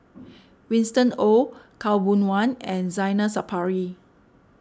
Winston Oh Khaw Boon Wan and Zainal Sapari